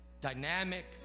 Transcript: dynamic